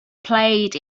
played